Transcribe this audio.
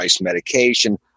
medication